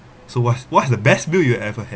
so what what's the best meal you ever had